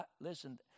listen